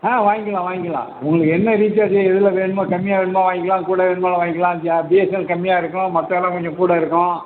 ஆ வாங்கிக்கலாம் வாங்கிக்கலாம் உங்களுக்கு என்ன ரீசார்ஜ் எதில் வேணுமோ கம்மியாக வேணுமா வாங்கிக்கலாம் கூட வேணும்னாலும் வாங்கிக்கலாம் ஆ பிஎஸ்என்எல் கம்மியாக இருக்கும் மற்றதுலாம் கொஞ்சம் கூட இருக்கும்